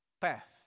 path